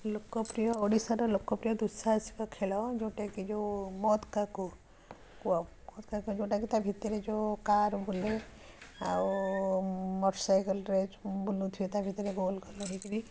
ଲୋକପ୍ରିୟ ଓଡ଼ିଶାର ଲୋକପ୍ରିୟ ଦୁଃସାହସିକ ଖେଳ ଯେଉଁଟା କି ଯେଉଁ ମୌତ କା କୁ କୂଅ ଯେଉଁଟା କି ତା ଭିତରେ ଯେଉଁ କାର ବୁଲେ ଆଉ ମଟର ସାଇକେଲରେ ଯେଉଁ ବୁଲୁଥିବେ ତା ଭିତରେ ଗୋଲ ଗୋଲ୍ ହେଇକିରି